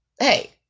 hey